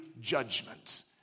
judgment